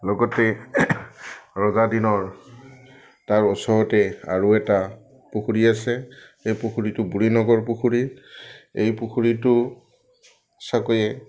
লগতে ৰজা দিনৰ তাৰ ওচৰতে আৰু এটা পুখুৰী আছে এই পুখুৰীটো বুঢ়ী নগৰ পুখুৰী এই পুখুৰীটো চাকৈয়ে